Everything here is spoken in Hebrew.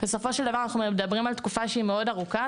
בסופו של דבר אנחנו מדברים על תקופה שהיא מאוד ארוכה,